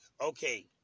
Okay